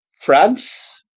France